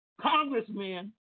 congressmen